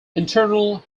internal